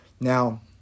now